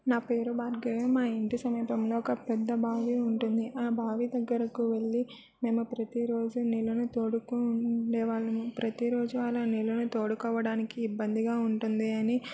నా పేరు భాగ్య మా ఇంటి సమీపంలో ఒక పెద్ద బావి ఉంటుంది ఆ భావి దగ్గరకు వెళ్ళి మేము ప్రతిరోజు నీళ్ళను తోడుతూ ఉండేవాళ్ళము ప్రతిరోజు అలానే నీళ్ళను తోడుకోవడానికి ఇబ్బందిగా ఉంటుంది అని